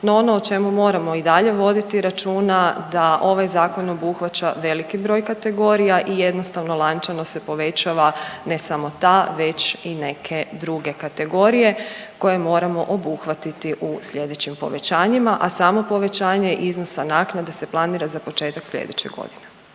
No ono o čemu moramo i dalje voditi računa da ovaj zakon obuhvaća veliki broj kategorija i jednostavno lančano se povećava ne samo ta već i neke druge kategorije koje moramo obuhvatiti u slijedećim povećanjima, a samo povećanje iznosa naknade se planira za početak slijedeće godine.